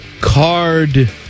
Card